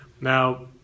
Now